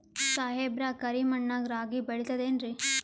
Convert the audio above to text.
ಸಾಹೇಬ್ರ, ಕರಿ ಮಣ್ ನಾಗ ರಾಗಿ ಬೆಳಿತದೇನ್ರಿ?